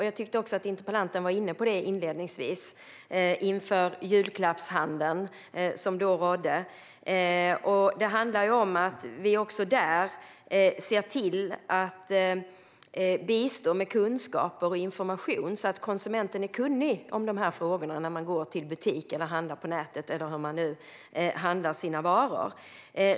Jag tyckte att interpellanten var inne på det i sin interpellation inför julklappshandeln som då pågick. Vi måste även i detta se till att bistå med kunskap och information så att konsumenten är kunnig om frågorna när man kommer till butiken, handlar på nätet eller hur man nu handlar sina varor.